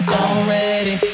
already